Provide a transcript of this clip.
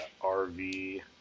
RV